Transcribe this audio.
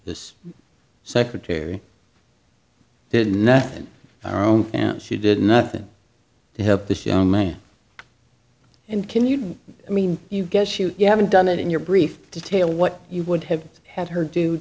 this secretary did nothing our own and she did nothing to help this young man and can you i mean you get shoot you haven't done it in your brief detail what you would have had her do